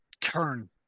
turn